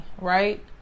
right